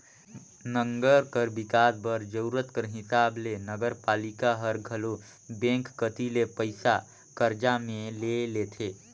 नंगर कर बिकास बर जरूरत कर हिसाब ले नगरपालिका हर घलो बेंक कती ले पइसा करजा में ले लेथे